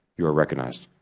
you are recognized.